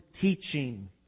teaching